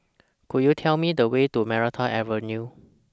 Could YOU Tell Me The Way to Maranta Avenue